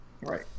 Right